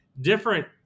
different